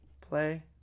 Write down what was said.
Play